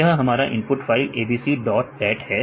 यहां पर हमारा input file abc dot dat है